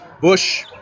Bush